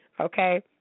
okay